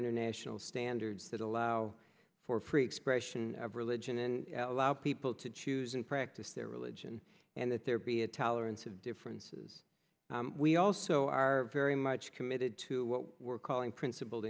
international standards that allow for free expression of religion and allow people to choose and practice their religion and that there be a tolerance of differences we also are very much committed to what we're calling principled